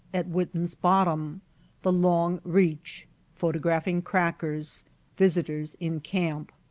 at witten's bottom the long reach photographing crackers visitors in camp.